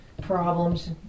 problems